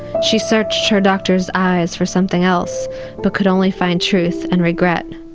she searched her doctor's eyes for something else but could only find truth and regret.